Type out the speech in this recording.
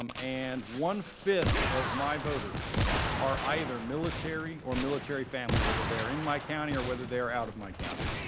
um and one-fifth of my voters are either military or military family, whether they're in my county or whether they're out of my county.